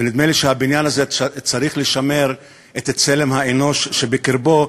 ונדמה לי שהבניין הזה צריך לשמר את צלם האנוש שבקרבו.